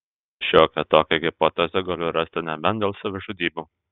šiokią tokią hipotezę galiu rasti nebent dėl savižudybių